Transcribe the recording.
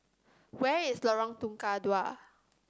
where is Lorong Tukang Dua